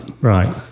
Right